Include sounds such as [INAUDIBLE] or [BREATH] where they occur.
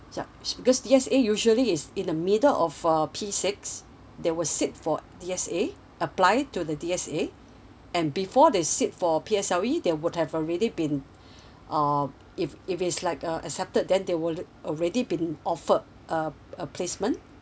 ya because D_S_A usually is in a middle of uh P six they will sit for D_S_A apply to the D_S_A and before they sit for P_S_L_E they would have already been [BREATH] uh if if it's like a accepted then they wouldn't already been offered uh a placement